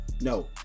No